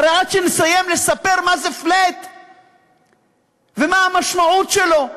הרי עד שנסיים לספר מה זה flat ומה המשמעות שלו,